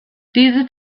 diese